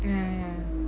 ya